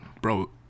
Bro